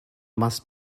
must